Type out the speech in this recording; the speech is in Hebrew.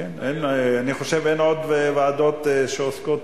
אני חושב שאין עוד ועדות שעוסקות,